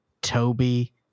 Toby